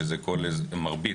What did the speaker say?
שמוקף